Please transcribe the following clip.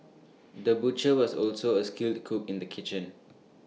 the butcher was also A skilled cook in the kitchen